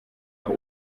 auch